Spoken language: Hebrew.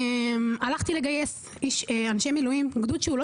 הלכתי לגייס אנשי מילואים בגדוד שהוא לא